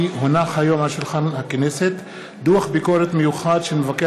כי הונח היום על שולחן הכנסת דוח ביקורת מיוחד של מבקר